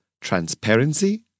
transparency